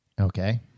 Okay